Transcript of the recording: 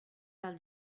del